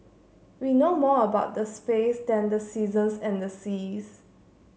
we know more about the space than the seasons and the seas